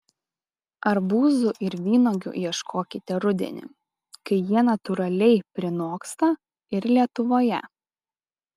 arbūzų ir vynuogių ieškokite rudenį kai jie natūraliai prinoksta ir lietuvoje